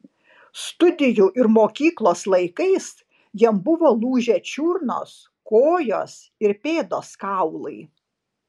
studijų ir mokyklos laikais jam buvo lūžę čiurnos kojos ir pėdos kaulai